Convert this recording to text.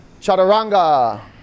Chaturanga